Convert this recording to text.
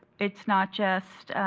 it's not just,